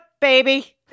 baby